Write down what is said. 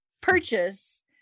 purchase